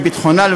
לביטחונה,